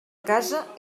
casa